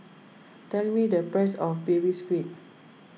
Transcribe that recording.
tell me the price of Baby Squid